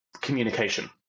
communication